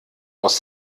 aus